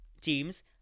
teams